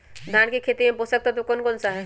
धान की खेती में पोषक तत्व कौन कौन सा है?